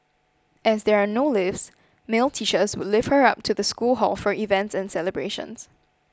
as there are no lifts male teachers would lift her up to the school hall for events and celebrations